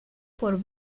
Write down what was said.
por